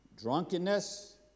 drunkenness